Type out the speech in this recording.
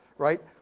right?